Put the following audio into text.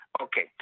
Okay